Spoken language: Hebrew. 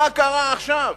ומה קרה עכשיו?